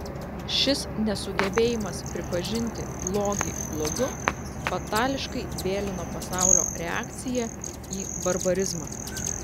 šis nesugebėjimas pripažinti blogį blogiu fatališkai vėlino pasaulio reakciją į barbarizmą